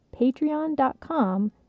Patreon.com